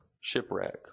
shipwreck